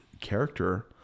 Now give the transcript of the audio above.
character